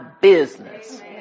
business